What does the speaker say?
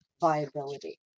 viability